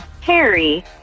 Harry